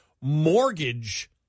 mortgage